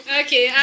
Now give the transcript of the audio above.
okay